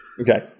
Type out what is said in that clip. Okay